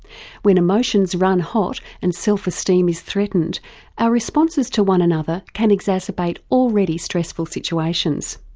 when emotions run hot and self esteem is threatened our responses to one another can exacerbate already stressful situations.